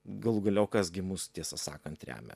galų gale o kas gi mus tiesą sakant remia